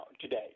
today